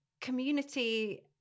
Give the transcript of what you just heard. community